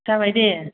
जाबाय दे